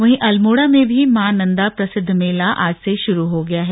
वहीं अल्मोड़ा में भी मां नंदा प्रसिद्ध मेला आज से शुरू हो गया है